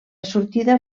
sortida